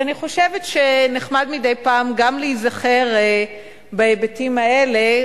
אז אני חושבת שנחמד מדי פעם גם להיזכר בהיבטים האלה,